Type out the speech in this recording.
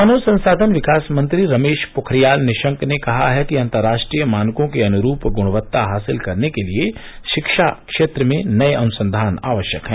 मानव संसाधन विकास मंत्री रमेश पोखरियाल निशंक ने कहा है कि अंतर्राष्ट्रीय मानकों के अनुरूप गुणवत्ता हासिल करने के लिए शिक्षा क्षेत्र में नये अनुसंघान आवश्यक हैं